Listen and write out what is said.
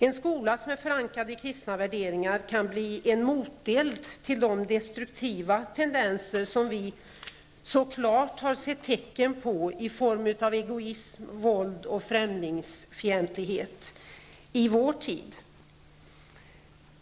En skola som är förankrad i kristna värderingar kan bli en moteld till de destruktiva tendenser som vi i vår tid har sett så klara tecken på i form av egosim, våld och främlingsfientlighet.